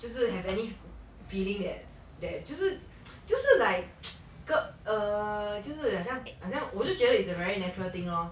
就是 have any feeling that that 就是就是 like 个 err 就是好像好像我就觉得 is a very natural thing lor